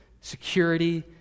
security